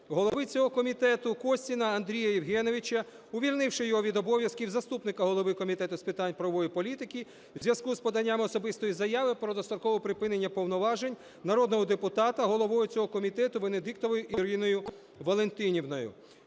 голови цього комітету Костіна Андрія Євгеновича, увільнивши його від обов'язків заступника голови Комітету з питань правової політики в зв'язку з поданням особистої заяви про дострокове припинення повноважень народного депутата головою цього комітету Венедіктовою Іриною Валентинівною.